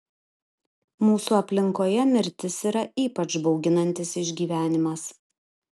mūsų aplinkoje mirtis yra ypač bauginantis išgyvenimas